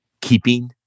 keeping